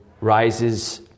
rises